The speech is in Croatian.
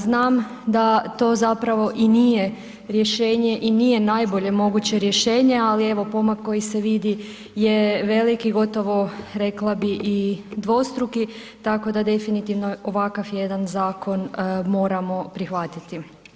Znam da to zapravo i nije rješenje i nije najbolje moguće rješenje, ali evo pomak koji se vidi je veliki, gotovo rekla bi i dvostruki, tako da definitivno ovakav jedan zakon moramo prihvatiti.